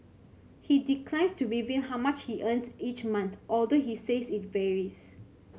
he declines to reveal how much he earns each month although he says it varies